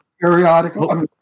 Periodical